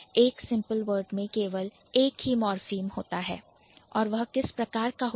एक simple word में केवल एक ही मॉर्फीम होता है और वह किस प्रकार का होता है